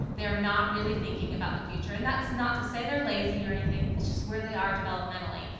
they're not really thinking about the future, and that's not to say they're lazy or anything. that's just where they are developmentally,